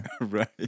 Right